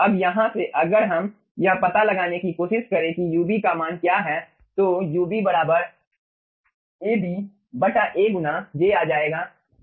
अब यहाँ से अगर हम यह पता लगाने की कोशिश करें कि ub का मान क्या है तो ub Ab A गुना j आ जाएगा